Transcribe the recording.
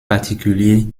particulier